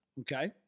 okay